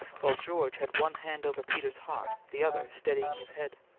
while george had one hand over peter's heart, the other steadying his head.